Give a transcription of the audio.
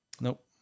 Nope